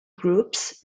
groups